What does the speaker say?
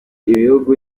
ibihugu